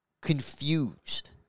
confused